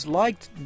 liked